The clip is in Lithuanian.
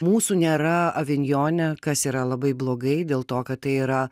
mūsų nėra avinjone kas yra labai blogai dėl to kad tai yra